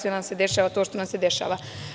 Upravo nam se dešava to što nam se dešava.